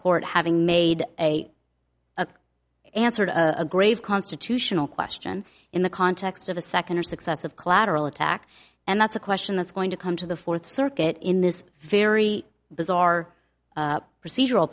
court having made a answer to a grave constitutional question in the context of a second or successive collateral attack and that's a question that's going to come to the fourth circuit in this very bizarre procedural